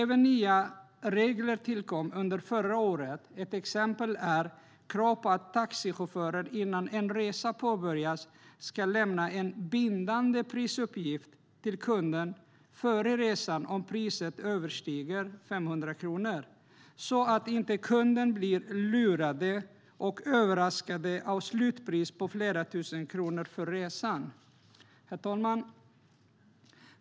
Nya regler tillkom även under förra året. Ett exempel är kravet på att taxichaufförer innan en resa påbörjas ska lämna en bindande prisuppgift till kunden om priset överstiger 500 kronor så att inte kunden blir lurad och överraskad av ett slutpris på flera tusen kronor för resan. Herr talman!